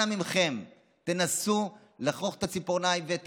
אנא מכם, תנסו לנשוך את הציפורניים ואת